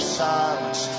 silence